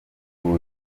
ababo